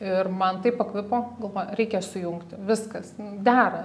ir man taip pakvipo galvoju reikia sujungti viskas dera